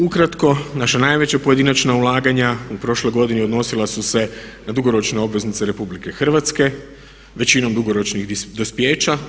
Ukratko, naša najveća pojedinačna ulaganja u prošloj godini odnosila su se na dugoročne obveznice RH, većinom dugoročnih dospijeća.